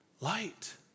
light